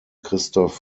christoph